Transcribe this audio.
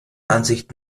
ansicht